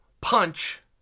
punch